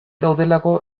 daudelako